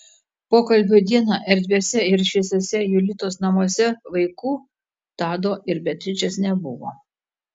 pokalbio dieną erdviuose ir šviesiuose julitos namuose vaikų tado ir beatričės nebuvo